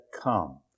come